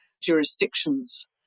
jurisdictions